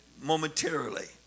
momentarily